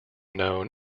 known